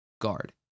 guard